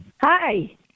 Hi